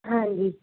ਹਾਂਜੀ